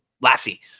Lassie